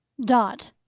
dot!